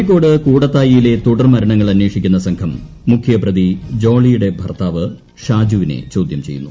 കോഴിക്കോട് കൂടത്തായിയിലെ തുടർമരണങ്ങൾ അന്വേഷിക്കുന്ന സംഘം മുഖൃപ്രതി ജോളിയുടെ ഭർത്താവ് ഷാജുവിനെ ചോദ്യം ചെയ്യുന്നു